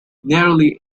nearly